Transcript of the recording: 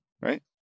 right